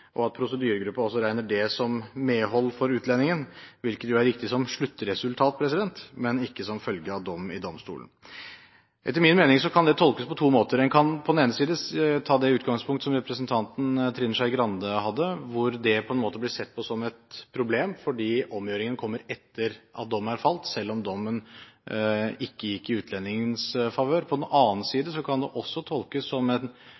og at prosedyregruppen også regner det som medhold for utlendingen, hvilket jo er riktig som sluttresultat, men ikke som følge av dom i domstolen. Etter min mening kan det tolkes på to måter. En kan på den ene side ta det utgangspunkt som representanten Trine Skei Grande hadde, hvor det på en måte ble sett på som et problem, fordi omgjøringen kom etter at dom er falt, selv om dommen ikke gikk i utlendingens favør. På den annen side kan det også tolkes som et innspill i debatten om å ta en